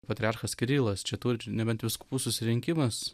patriarchas kirilas čia turi nebent vyskupų susirinkimas